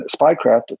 Spycraft